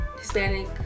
Hispanic